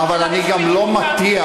אבל אני גם לא מטיח,